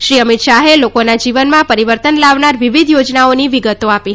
શ્રી અમિત શાહે લોકોના જીવનમાં પરિવર્તન લાવનાર વિવિધ યોજનાઓની વિગતો આપી હતી